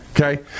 okay